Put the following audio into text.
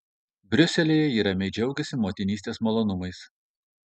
briuselyje ji ramiai džiaugiasi motinystės malonumais